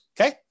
okay